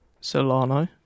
Solano